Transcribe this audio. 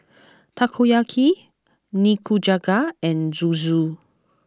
Takoyaki Nikujaga and Zosui